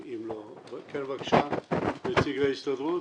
כן, בבקשה, נציג ההסתדרות.